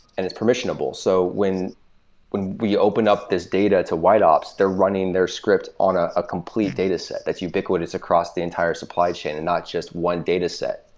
and it's permissionable. so when when we open this data to wideops, they're running their script on a ah complete dataset that's ubiquitous across the entire supply chain and not just one dataset,